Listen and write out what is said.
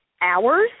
hours